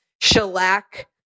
shellac